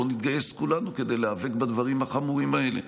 בואו נתגייס כולנו כדי להיאבק בדברים החמורים האלה.